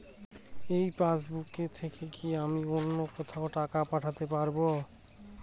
এই পাসবুক থেকে কি আমি অন্য কোথাও টাকা পাঠাতে পারব?